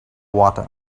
water